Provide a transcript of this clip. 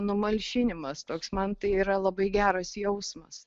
numalšinimas toks man tai yra labai geras jausmas